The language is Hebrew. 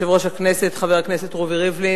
יושב-ראש הכנסת, חבר הכנסת רובי ריבלין.